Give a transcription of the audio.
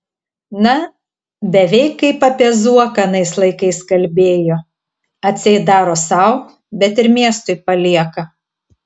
na beveik kaip apie zuoką anais laikais kalbėjo atseit daro sau bet ir miestui palieka